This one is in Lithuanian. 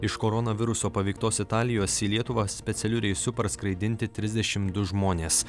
iš koronaviruso paveiktos italijos į lietuvą specialiu reisu parskraidinti trisdešimt du žmonės